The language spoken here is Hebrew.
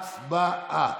הצבעה.